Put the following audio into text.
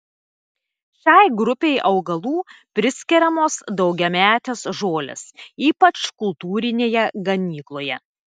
šiai grupei augalų priskiriamos daugiametės žolės ypač kultūrinėje ganykloje